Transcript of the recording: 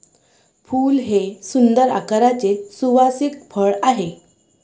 फूल हे सुंदर आकाराचे सुवासिक फळ आहे